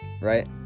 right